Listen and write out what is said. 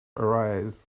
arise